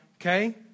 Okay